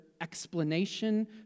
explanation